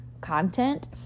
content